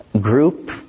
group